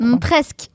Presque